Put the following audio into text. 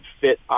fit